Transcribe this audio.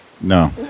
No